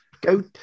Go